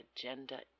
agenda